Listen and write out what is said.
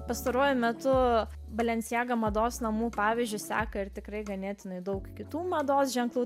pastaruoju metu balencijaga mados namų pavyzdžiu seka ir tikrai ganėtinai daug kitų mados ženklų